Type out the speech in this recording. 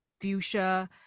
fuchsia